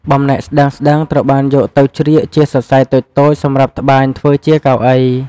បំណែកស្ដើងៗត្រូវបានយកទៅជ្រៀកជាសរសៃតូចៗសម្រាប់ត្បាញធ្វើជាកៅអី។